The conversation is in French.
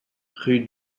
rue